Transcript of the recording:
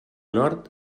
nord